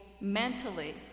mentally